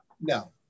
No